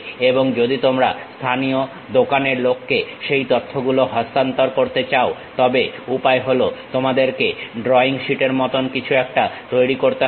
এবং যদি তোমরা স্থানীয় দোকানের লোককে সেই তথ্যগুলো হস্তান্তর করতে চাও তবে উপায় হলো তোমাদের ড্রইং শীট এর মতন কিছু একটা তৈরি করতে হবে